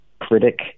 critic